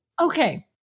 Okay